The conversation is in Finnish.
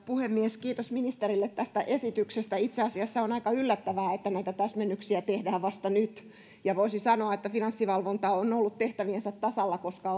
puhemies kiitos ministerille tästä esityksestä itse asiassa on aika yllättävää että näitä täsmennyksiä tehdään vasta nyt ja voisi sanoa että finanssivalvonta on ollut tehtäviensä tasalla koska